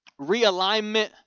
Realignment